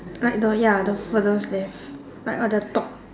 like the ya the furthest left like on the top